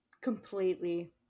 completely